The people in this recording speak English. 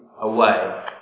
away